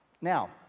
Now